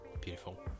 beautiful